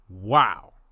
Wow